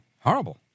horrible